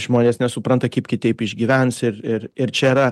žmonės nesupranta kaip kitaip išgyvens ir ir ir čia yra